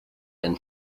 and